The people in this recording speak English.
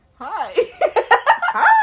Hi